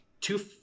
two